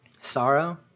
Sorrow